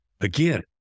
Again